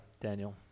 Daniel